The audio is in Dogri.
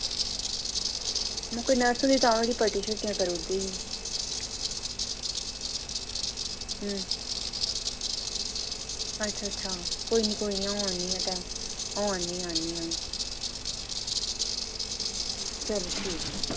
महां कोई नर्स ही तां धोड़ी पट्टी शट्टियां करी ओड़दी ही अच्छा अच्छा कोई निं कोई निं अ'ऊं औन्नी आं अ'ऊं औन्नी आं औन्नी आं चलो ठीक ऐ